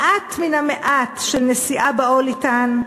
מעט מן המעט של נשיאה בעול אתן,